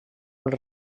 els